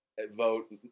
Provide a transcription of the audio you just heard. vote